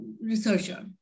researcher